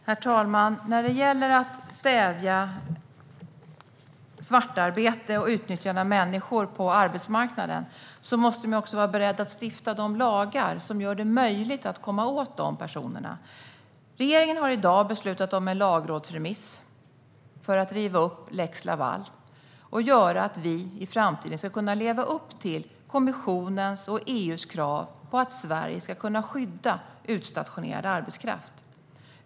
Herr talman! När det gäller att stävja svartarbete och utnyttjande av människor på arbetsmarknaden måste man också vara beredd att stifta de lagar som gör det möjligt att komma åt dessa personer. Regeringen har i dag beslutat om en lagrådsremiss för att riva upp lex Laval, så att vi i framtiden ska kunna leva upp till kommissionens och EU:s krav på att Sverige ska kunna skydda utstationerad arbetskraft.